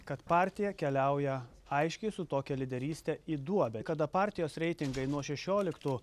kad partija keliauja aiškiai su tokia lyderyste į duobę kada partijos reitingai nuo šešioliktų